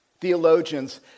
Theologians